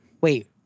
Wait